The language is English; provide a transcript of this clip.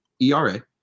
ERA